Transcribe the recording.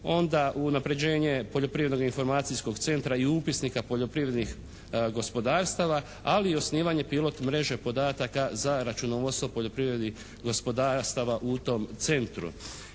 onda unapređenje poljoprivrednog i informacijskog centra i upisnika poljoprivrednih gospodarstava ali i osnivanje pilot mreže podataka za računovodstvo, poljoprivredi, gospodarstava u tom centru.